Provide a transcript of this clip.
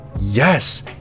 Yes